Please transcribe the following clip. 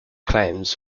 claims